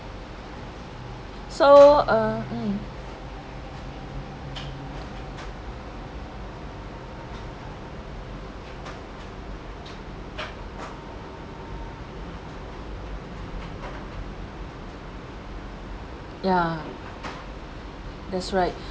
so uh mm ya that's right